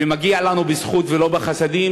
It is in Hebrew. ומגיע לנו בזכות ולא בחסד.